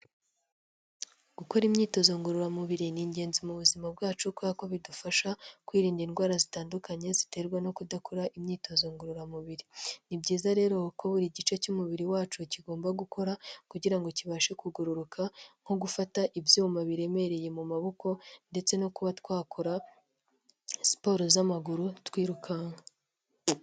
Gukora imyitozo ngororamubiri ni ingenzi mu buzima bwacu kubera ko bidufasha kwirinda indwara zitandukanye ziterwa no kudakora imyitozo ngororamubiri, ni byiza rero ko buri gice cy'umubiri wacu kigomba gukora kugira ngo kibashe kugororoka nko gufata ibyuma biremereye mu maboko ndetse no kuba twakora siporo z'amaguru twirukanka.